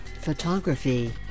photography